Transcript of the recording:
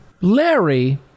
Larry